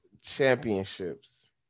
Championships